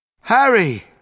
Harry